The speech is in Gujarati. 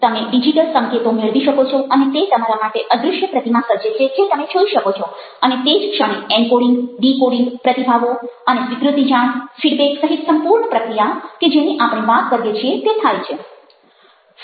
તમે ડિજિટલ સંકેતો મેળવી શકો છો અને તે તમારા માટે અદ્રશ્ય પ્રતિમા સર્જે છે જે તમે જોઈ શકો છો અને તે જ ક્ષણે એનકોડિંગ ડિકોડિંગ પ્રતિભાવો અને સ્વીક્રુતિ જાણ ફીડબેક સહિત સંપૂર્ણ પ્રક્રિયા કે જેની આપણે વાત કરીએ છીએ તે થાય છે